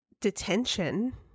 detention